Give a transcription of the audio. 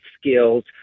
skills